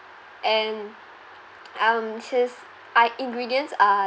and um his i~ ingredients are